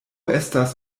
estas